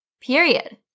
period